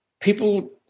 people